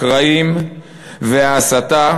הקרעים וההסתה,